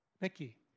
Nikki